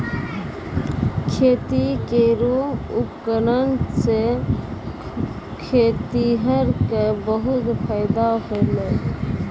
खेती केरो उपकरण सें खेतिहर क बहुत फायदा होलय